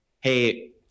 hey